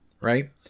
right